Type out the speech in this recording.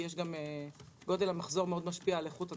כי גודל המחזור משפיע מאוד על איכות התוכנית.